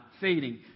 feeding